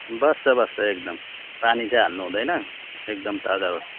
बस्छ बस्छ एकदम पानी चाहिँ हाल्नुहुँदैन एकदम ताजा बस्छ